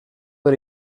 del